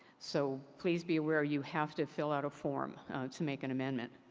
so please be aware, you have to fill out a form to make an amendment.